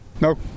No